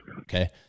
Okay